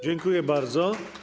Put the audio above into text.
Dziękuję bardzo.